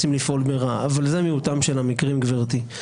אבל זה מיעוטם של המקרים, גברתי.